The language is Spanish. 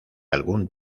algún